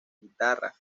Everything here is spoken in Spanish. guitarra